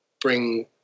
bring